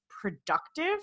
productive